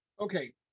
Okay